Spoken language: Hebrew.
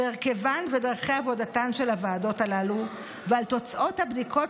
על הרכבן ודרכי עבודתן של הוועדות הללו ועל תוצאות הבדיקות